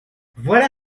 voilà